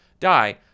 Die